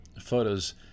photos